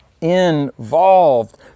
involved